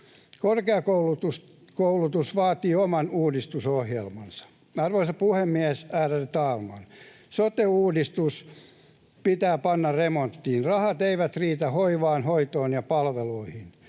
Korkeakoulutus vaatii oman uudistusohjelmansa. Arvoisa puhemies, ärade talman! Sote-uudistus pitää panna remonttiin. Rahat eivät riitä hoivaan, hoitoon ja palveluihin.